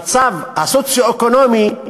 המצב הסוציו-אקונומי,